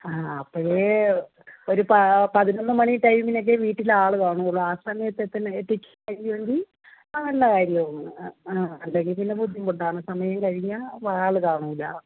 ആ അപ്പോഴേ ഒരു പ പതിനൊന്ന് മണി ടൈമിലൊക്കെ വീട്ടിൽ ആളു കാണുളളൂ ആ സമയത്തൊക്കെ ആയിട്ട് വരുമെങ്കിൽ ആ നല്ല കാര്യമാണ് അ അ അല്ലെങ്കിൽ പിന്നെ ബുദ്ധിമുട്ടാണ് സമയം കഴിഞ്ഞാൽ ആൾ കാണില്ല